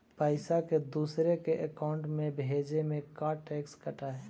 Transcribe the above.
पैसा के दूसरे के अकाउंट में भेजें में का टैक्स कट है?